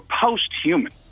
post-human